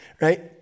right